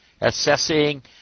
assessing